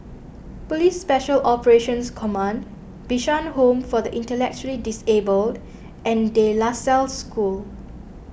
Police Special Operations Command Bishan Home for the Intellectually Disabled and De La Salle School